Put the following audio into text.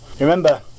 Remember